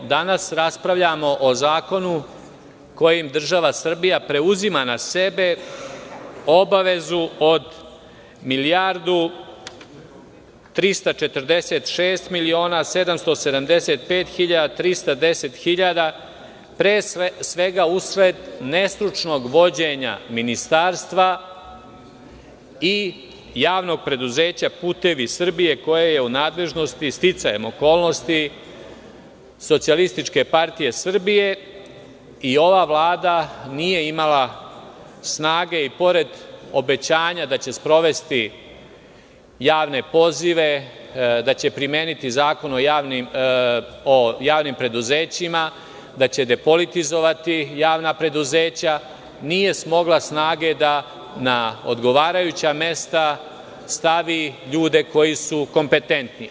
Danas raspravljamo o zakonu kojim država Srbija preuzima na sebe obavezu od 1.346.775.310 dinara usled nestručnog vođenja ministarstva i javnog preduzeća "Putevi Srbije" koje je u nadležnosti sticajem okolnosti SPS i ova vlada nije imala snage i pored obećanja da će sprovesti javne pozive, da će primeniti Zakon o javnim preduzećima, da će depolitizovati javna preduzeća, nije smogla snage da na odgovarajuća mesta stavi ljude koji su kompententni.